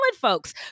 folks